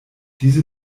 diese